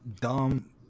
dumb